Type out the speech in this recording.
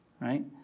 right